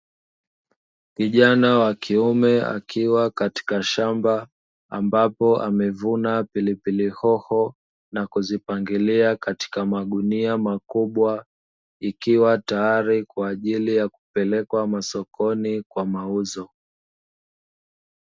Kijana wa kiume akiwa katika shamba ambapo amevuna pilipili hoho na kuzipangilia katika magunia makubwa, ikiwa tayari kwa ajili ya kupelekwa masokoni kwa mauzo.